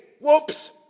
whoops